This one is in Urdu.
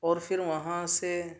اور پھر وہاں سے